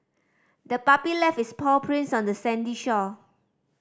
the puppy left its paw prints on the sandy shore